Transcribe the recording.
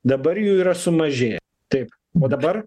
dabar jų yra sumažėję taip o dabar